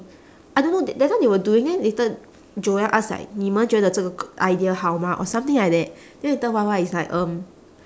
I don't know they that time they were doing then later joel ask like 你们觉得这个 g~ idea 好吗 or something like that then later Y_Y is like um